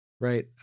Right